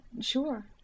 sure